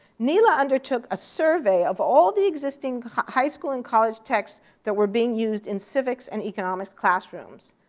nela undertook a survey of all the existing high school and college texts that were being used in civics and economics classrooms.